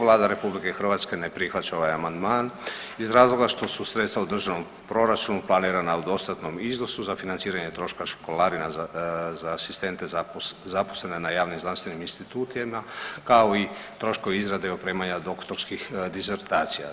Vlada RH ne prihvaća ovaj amandman iz razloga što su sredstva u državnom proračunu planirana u dostatnom iznosu za financiranje troška školarina za asistente zaposlene na javnim znanstvenim institutima kao i troškovi izrade i opremanja doktorskih disertacija.